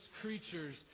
creatures